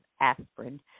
aspirin